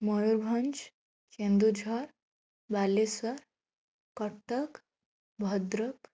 Mayurbhanj Keonjhar Balasore Cuttack Bhadrak